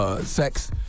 sex